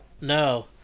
No